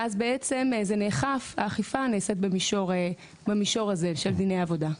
ואז בעצם האכיפה נעשית במישור הזה של דיני העבודה.